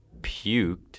puked